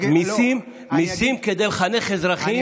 מיסים כדי לחנך אזרחים?